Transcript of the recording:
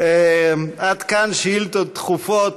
עד כאן שאילתות דחופות.